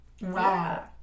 Wow